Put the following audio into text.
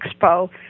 Expo